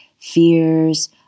fears